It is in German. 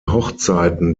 hochzeiten